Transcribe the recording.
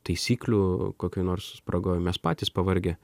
taisyklių kokių nors spragoj mes patys pavargę